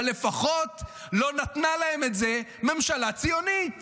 אבל לפחות ממשלה ציונית